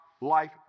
life